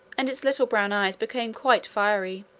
and its little brown eyes became quite fiery.